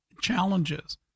challenges